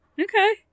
Okay